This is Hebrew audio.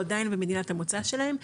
או עדיין במדינת המוצא שלהם,